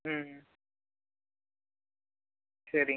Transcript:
ம் சரிங்க